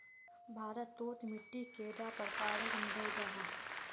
भारत तोत मिट्टी कैडा प्रकारेर मिलोहो जाहा?